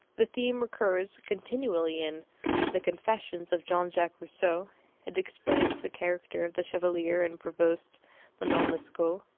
the theme recurs continually in the confessions of jean jacques rousseau it explains the character of the chevalier in prevost's manon l'escault.